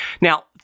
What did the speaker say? Now